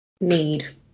need